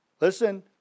listen